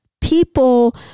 people